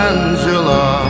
Angela